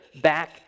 back